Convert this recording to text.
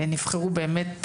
נבחרו באמת,